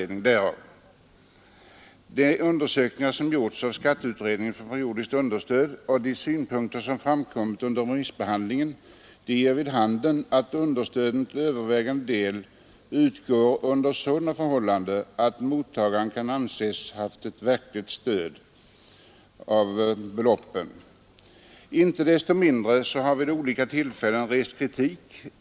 De undersökningar som gjorts av skatteutredningen om periodiskt understöd och de synpunkter som framkommit under remissbehandlingen ger vid handen att understöden till övervägande del utgår under sådana förhållanden att mottagaren kan anses ha haft ett verkligt understödsbehov. Inte desto mindre har det vid olika tillfällen förekommit kritik i detta sammanhang.